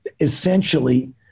essentially